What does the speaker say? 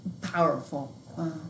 powerful